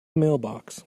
mailbox